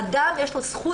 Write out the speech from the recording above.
לאדם יש זכות,